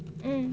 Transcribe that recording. mm